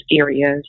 areas